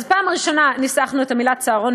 אז פעם ראשונה ניסחנו את המילה צהרון,